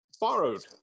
borrowed